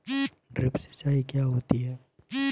Drip सिंचाई क्या होती हैं?